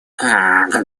как